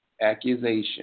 accusation